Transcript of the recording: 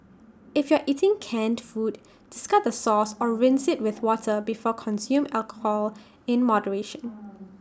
if you are eating canned food discard the sauce or rinse IT with water before consume alcohol in moderation